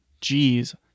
G's